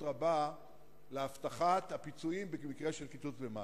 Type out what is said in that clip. רבה להבטחת הפיצויים במקרה של קיצוץ במים.